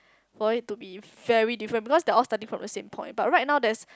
for it to be very different because they all starting from the same point but right now there's